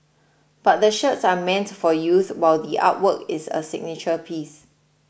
but the shirts are meant for youth while the artwork is a signature piece